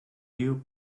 you